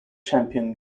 champion